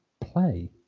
play